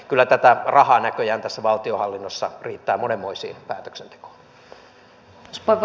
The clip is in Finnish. kyllä tätä rahaa näköjään tässä valtionhallinnossa riittää monenmoiseen päätöksentekoon